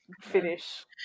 finish